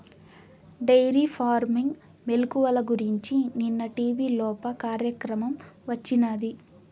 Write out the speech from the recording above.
dairy farming మెలుకువల గురించి నిన్న టీవీలోప కార్యక్రమం వచ్చినాది